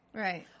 right